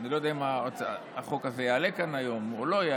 אני לא יודע אם החוק הזה יעלה היום או לא,